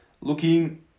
Looking